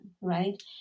right